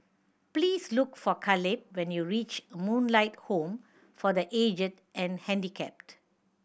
please look for Caleb when you reach Moonlight Home for The Aged and Handicapped